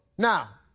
now,